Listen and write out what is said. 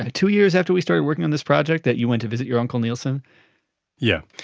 ah two years after we started working on this project that you went to visit your uncle neilson yeah.